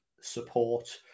support